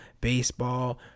baseball